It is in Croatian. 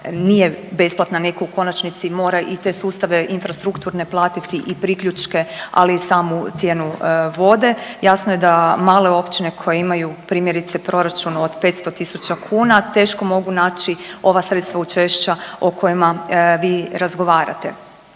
nije besplatna, netko u konačnici mora i te sustave infrastrukturne platiti i priključke, ali i samu cijenu vode. Jasno je da male općine koje imaju primjerice proračun od 500 tisuća kuna teško mogu naći ova sredstva učešća o kojima vi razgovarate.